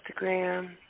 Instagram